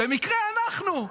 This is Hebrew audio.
במקרה אנחנו.